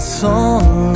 song